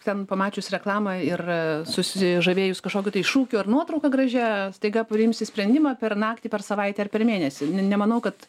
ten pamačius reklamą ir susižavėjus kažkokiu tai šūkiu ar nuotrauka gražia staiga priimsi sprendimą per naktį per savaitę ar per mėnesį ne nemanau kad